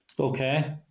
Okay